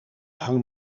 hang